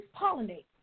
pollinate